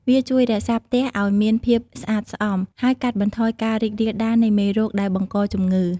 វាជួយរក្សាផ្ទះឱ្យមានភាពស្អាតស្អំ ហើយកាត់បន្ថយការរីករាលដាលនៃមេរោគដែលបង្កជំងឺ។